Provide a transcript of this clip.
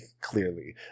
clearly